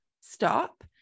stop